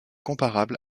comparable